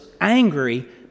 angry